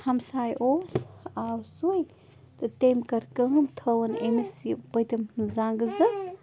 ہمساے اوس آو سُے تہٕ تٔمۍ کٔر کٲم تھٲوٕن أمِس یہِ پٔتِم زنٛگہٕ زٕ